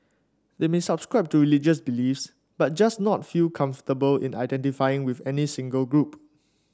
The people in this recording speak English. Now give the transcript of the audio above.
they may subscribe to religious beliefs but just not feel comfortable in identifying with any single group